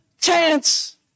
chance